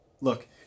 Look